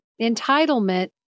entitlement